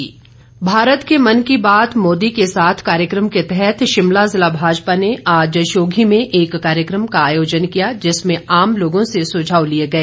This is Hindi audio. शिमला भाजपा भारत के मन की बात मोदी के साथ कार्यक्रम के तहत शिमला जिला भाजपा ने आज शोधी में एक कार्यक्रम का आयोजन किया जिसमें आम लोगों से सुझाव लिए गए